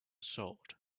sword